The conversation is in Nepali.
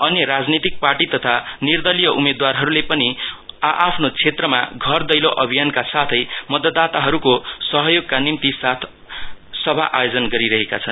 अन्य राजनीतिक पार्टी तथा निर्दलिय उम्मेदवारले पनि आ आफ्नो क्षेत्रमा घर दैलो अभियानका साथै मतदाताहरुको सहयोगका निम्ति सभा आयोजन गरिरहे छन्